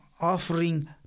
offering